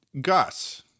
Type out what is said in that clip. Gus